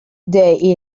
day